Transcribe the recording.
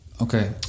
Okay